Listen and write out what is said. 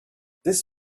this